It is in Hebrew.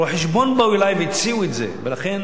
רואי-חשבון באו אלי והציעו את זה, ולכן